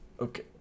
Okay